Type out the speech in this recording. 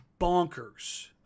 bonkers